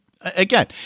Again